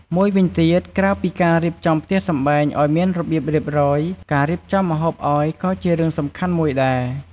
មួយវិញទៀតក្រៅពីការរៀបចំផ្ទះសម្បែងឲ្យមានរបៀបរៀបរយ ការរៀបចំម្ហូបឲ្យក៏ជារឿងសំខាន់មួយដែរ ។